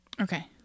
Okay